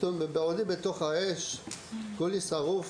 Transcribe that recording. ובעודי בתוך האש, כולי שרוף,